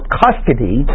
custody